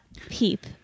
peep